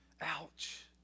Ouch